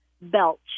belch